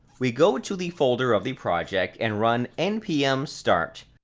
we go to the folder of the project and run npm start.